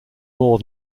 more